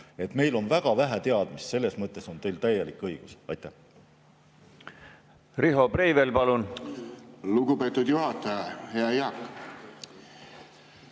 selle kohta väga vähe teadmisi, selles mõttes on teil täielik õigus. Aitäh